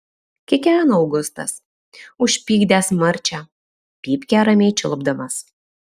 kikena augustas užpykdęs marčią pypkę ramiai čiulpdamas